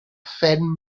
phen